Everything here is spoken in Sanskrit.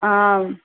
आम्